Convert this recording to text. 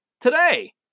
today